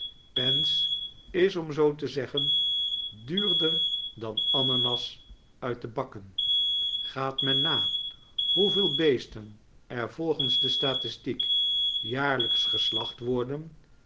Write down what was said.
pens is om zoo te zeggen duurder dan ananas nit de bakken gaat men na hoe veel beesten er volgems de statistiek jaarlijks geslacht worden